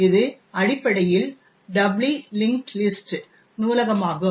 இது அடிப்படையில் doubly linked லிஸஂடஂக்கான நூலகமாகும்